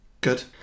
Good